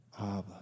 Abba